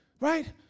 right